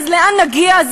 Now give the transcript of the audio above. אז לאן נגיע?